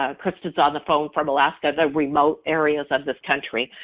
ah kristin's on the phone from alaska, the remote areas of this country.